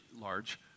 large